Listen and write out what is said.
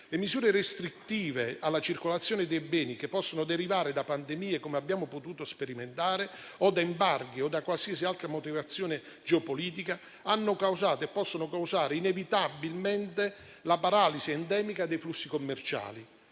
Le misure restrittive alla circolazione dei beni che possono derivare da pandemie, come abbiamo potuto sperimentare, o da embargo o da qualsiasi altra motivazione geopolitica hanno causato e possono causare inevitabilmente la paralisi endemica dei flussi commerciali.